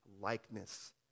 likeness